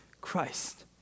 Christ